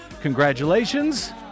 Congratulations